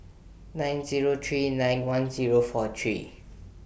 nine Zero three nine one Zero four three